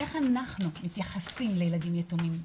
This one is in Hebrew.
איך אנחנו מתייחסים לילדים יתומים.